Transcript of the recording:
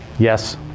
Yes